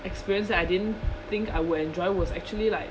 experience that I didn't think I would enjoy was actually like